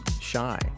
shy